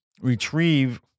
retrieve